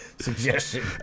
Suggestion